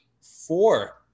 four